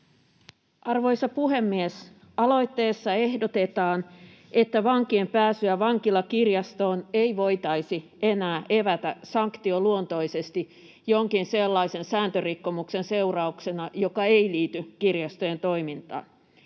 Arvoisa puhemies! Aloitteessa ehdotetaan, että vankien pääsyä vankilakirjastoon ei voitaisi enää evätä sanktioluontoisesti jonkin sellaisen sääntörikkomuksen seurauksena, joka ei liity kirjastojen toimintaan.